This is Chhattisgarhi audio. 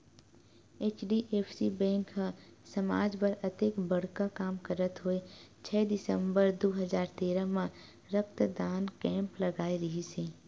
एच.डी.एफ.सी बेंक ह समाज बर अतेक बड़का काम करत होय छै दिसंबर दू हजार तेरा म रक्तदान कैम्प लगाय रिहिस हे